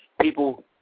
people